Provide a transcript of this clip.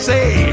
say